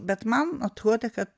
bet man atrodė kad